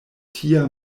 tia